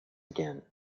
again